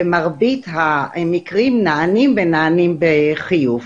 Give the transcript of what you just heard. ומרבית המקרים נענים בחיוב.